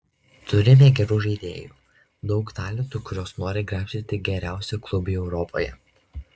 turime gerų žaidėjų daug talentų kuriuos nori graibstyti geriausi klubai europoje